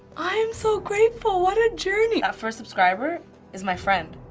i'm so grateful. what a journey! that first subscribe is my friend.